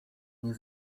nie